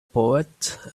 poet